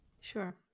sure